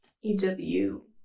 EW